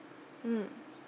mm